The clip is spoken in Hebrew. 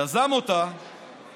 יזם אותה